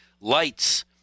Lights